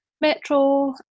Metro